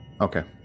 Okay